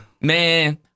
Man